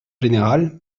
général